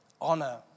Honor